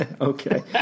Okay